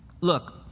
look